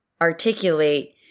articulate